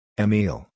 Emil